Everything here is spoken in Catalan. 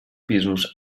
pisos